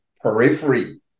periphery